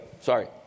sorry